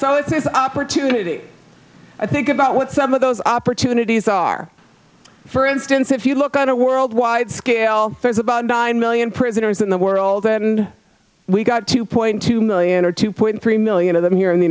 so it's an opportunity i think about what some of those opportunities are for instance if you look on a worldwide scale there's about nine million prisoners in the world and we got two point two million or two point three million of them here in the